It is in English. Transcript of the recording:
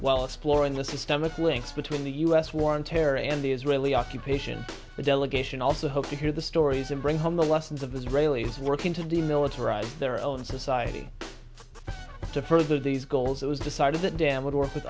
while exploring the systemic links between the us war on terror and the israeli occupation the delegation also hope to hear the stories and bring home the lessons of israelis working to demilitarize their own society to further these goals it was decided that dan would work with